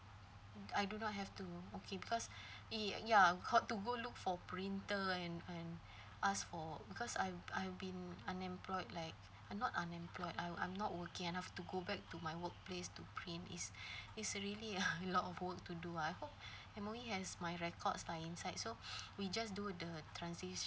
I don't have to be okay because e~ ya how to go look for printer and and ask for because I'm I've been unemployed like not unemployed I'm I'm not working enough to go back to my work place to print it's it's really uh lot of work to do I hope M_O_E has my records by inside so we just do the transish~